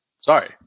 Sorry